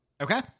Okay